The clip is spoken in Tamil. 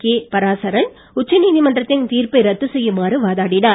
கே பராசரன் உச்ச நீதிமன்றத்தின் தீர்ப்பை ரத்து செய்யுமாறு வாதாடினார்